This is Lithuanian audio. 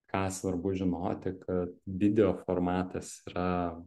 ką svarbu žinoti kad video formatas yra